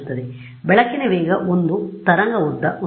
ಬೆಳಕಿನ ವೇಗ 1 ತರಂಗ ಉದ್ದ 1